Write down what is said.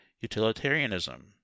utilitarianism